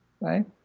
right